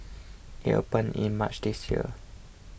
it opened in March this year